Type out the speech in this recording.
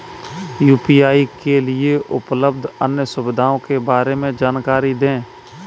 UPI के लिए उपलब्ध अन्य सुविधाओं के बारे में जानकारी दें?